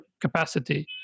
capacity